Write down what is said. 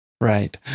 Right